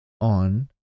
on